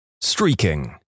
Streaking